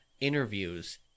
interviews